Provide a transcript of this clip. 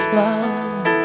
love